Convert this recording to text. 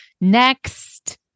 next